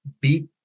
beat